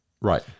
Right